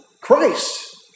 Christ